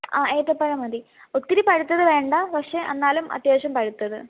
ആ ഏത്തപ്പഴം മതി ഒത്തിരി പഴുത്തത് വേണ്ട പക്ഷേ എന്നാലും അത്യാവശ്യം പഴുത്തത്